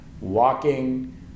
walking